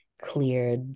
clear